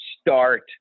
start